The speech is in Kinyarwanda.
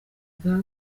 bwa